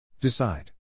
Decide